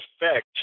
effect